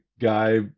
guy